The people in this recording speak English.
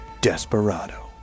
Desperado